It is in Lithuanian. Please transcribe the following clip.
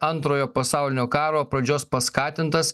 antrojo pasaulinio karo pradžios paskatintas